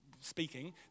speaking